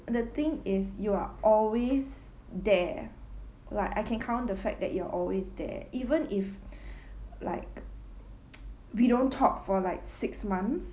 the thing is you are always there right I can count the fact that you are always there even if like we don't talk for like six months